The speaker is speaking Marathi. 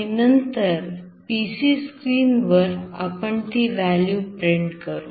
आणि नंतर पीसी स्क्रीन वर आपण ती व्हॅल्यू प्रिंट करू